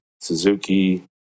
Suzuki